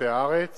בכבישי הארץ